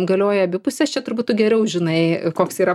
galioja abi pusės čia turbūt tu geriau žinai koks yra